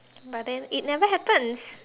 but then it never happens